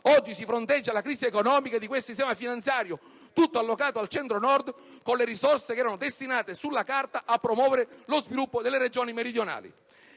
oggi si fronteggia la crisi economica di quel sistema finanziario, tutto allocato al Centro-Nord, con le risorse che erano destinate, sulla carta, a promuovere lo sviluppo delle regioni meridionali.